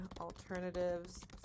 alternatives